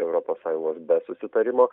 europos sąjungos be susitarimo